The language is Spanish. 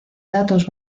datos